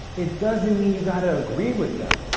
it doesn't mean you got to agree with them.